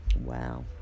Wow